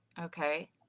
okay